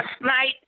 night